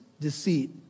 deceit